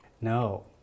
no